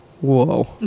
whoa